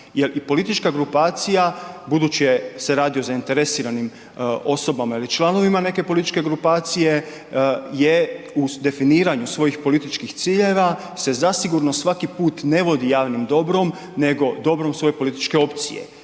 politička grupacija budući se radi o zainteresiranim osobama ili članovima neke političke grupacije je u definiranju svojih političkih ciljeva se zasigurno svaki put ne vodi javnim dobrom nego dobrom svoje političke opcije.